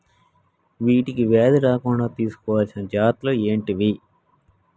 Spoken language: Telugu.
వీటికి వ్యాధి రాకుండా తీసుకోవాల్సిన జాగ్రత్తలు ఏంటియి?